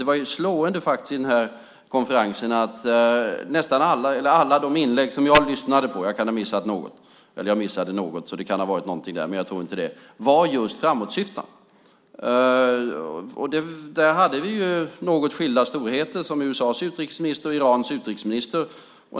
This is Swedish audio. Det var faktiskt slående att nästan alla inlägg jag lyssnade till under konferensen - jag missade i och för sig några - var framåtsyftande. Där hade vi något skilda storheter, som USA:s utrikesminister och Irans utrikesminister.